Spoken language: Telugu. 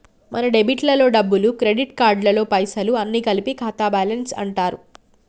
మన డెబిట్ లలో డబ్బులు క్రెడిట్ కార్డులలో పైసలు అన్ని కలిపి ఖాతా బ్యాలెన్స్ అంటారు